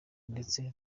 ndetse